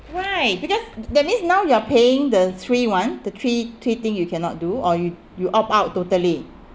why because that means now you are paying the three one the three three thing you cannot do or you you opt out totally